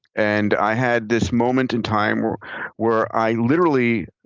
and i had this moment in time where where i literally,